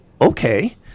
okay